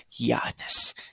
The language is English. Giannis